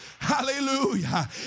Hallelujah